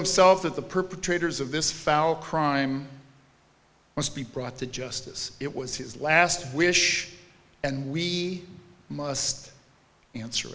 that the perpetrators of this foul crime must be brought to justice it was his last wish and we must answer